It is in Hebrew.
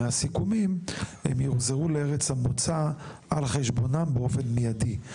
הם יוחזרו לארץ המוצא על חשבונם באופן מידי.